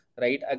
Right